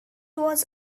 was